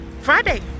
Friday